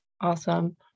Awesome